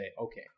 okay